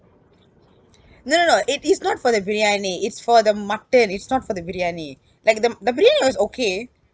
no no no it is not for the biryani it's for the mutton it's not for the biryani like the the biryani was okay